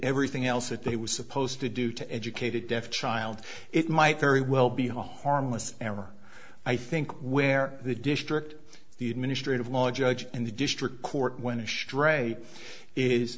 everything else that they were supposed to do to educated deaf child it might very well be a harmless error i think where the district the administrative law judge and the district court went to s